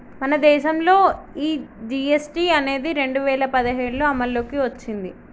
మన దేసంలో ఈ జీ.ఎస్.టి అనేది రెండు వేల పదిఏడులో అమల్లోకి ఓచ్చింది